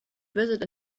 visit